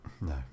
No